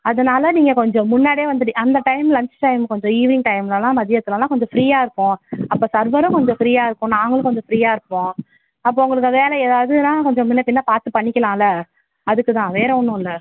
அதனாலே நீங்கள் கொஞ்சம் முன்னாடியே வந்துடு அந்த டைம் லன்ச் டைம் கொஞ்சம் ஈவினிங் டைம்லெலாம் மதியத்திலலாம் கொஞ்சம் ஃப்ரீயாக இருப்போம் அப்போ சர்வரும் கொஞ்சம் ஃப்ரீயாக இருக்கும் நாங்களும் கொஞ்சம் ஃப்ரீயாக இருப்போம் அப்போ உங்களுக்கு வேலை எதாவதுன்னால் கொஞ்சம் முன்னே பின்னே பார்த்து பண்ணிக்கலாம்லை அதுக்குதான் வேற ஒன்றும் இல்லை